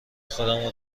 خودمو